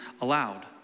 allowed